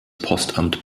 postamt